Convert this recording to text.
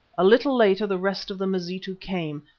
a little later the rest of the mazitu came,